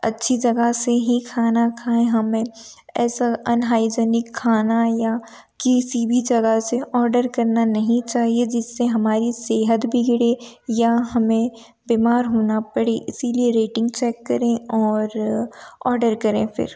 अच्छी जगह से ही खाना खाएँ हमें ऐसा अनहाईजीनिक खाना या किसी भी जगह से ऑडर करना नहीं चाहिए जिससे हमारी सेहत बिगड़े या हमें बीमार होना पड़े इसीलिए रेटिंग चेक करें और ऑडर करें फिर